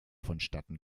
vonstatten